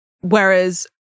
whereas